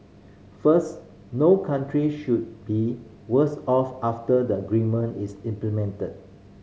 first no country should be worse off after the agreement is implemented